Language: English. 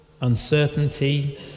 uncertainty